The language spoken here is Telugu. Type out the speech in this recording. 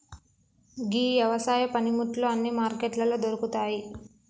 గీ యవసాయ పనిముట్లు అన్నీ మార్కెట్లలో దొరుకుతాయి